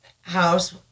house